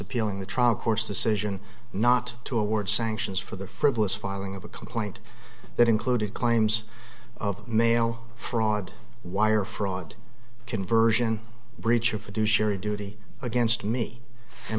appealing the trial court's decision not to award sanctions for the frivolous filing of a complaint that included claims of mail fraud wire fraud conversion breach of fiduciary duty against me and